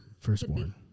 Firstborn